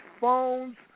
phones